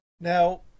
Now